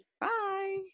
Bye